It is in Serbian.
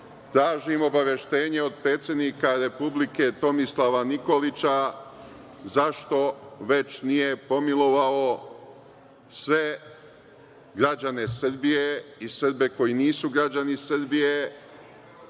tražim. Tražim obaveštenje od predsednika Republike Tomislava Nikolića zašto već nije pomilovao sve građane Srbije i Srbi koji nisu građani Srbije,